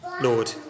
Lord